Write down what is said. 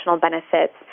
benefits